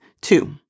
Two